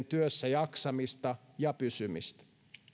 työssä jaksamista ja pysymistä